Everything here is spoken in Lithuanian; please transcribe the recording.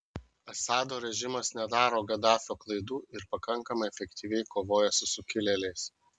assado režimas nedaro gaddafio klaidų ir pakankamai efektyviai kovoja su sukilėliais